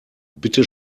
bitte